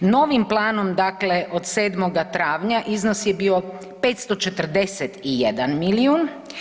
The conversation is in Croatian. Novim planom dakle od 7. travnja iznos je bio 541 milijun.